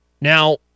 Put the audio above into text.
Now